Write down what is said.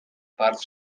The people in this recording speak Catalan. parts